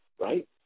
right